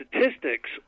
statistics